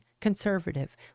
conservative